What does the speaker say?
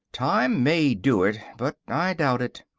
time may do it but i doubt it.